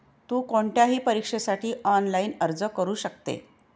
तु कोणत्याही परीक्षेसाठी ऑनलाइन अर्ज करू शकते